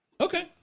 Okay